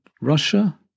Russia